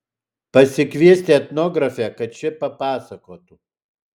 pasikviesti etnografę kad ši papasakotų